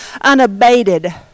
unabated